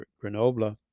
Grenoble